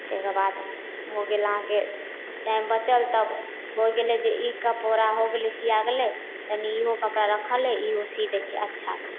ताहिके बाद हो गेल अहाँके टाइम बचल तब होइ गेलै जे ई कपड़ा हो गेलै सिआ गेलै तनि इहो कपड़ा रखल हइ इहो सी दै छिए अच्छासँ